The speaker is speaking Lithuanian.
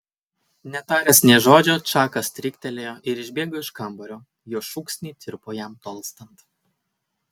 netaręs nė žodžio čakas stryktelėjo ir išbėgo iš kambario jo šūksniai tirpo jam tolstant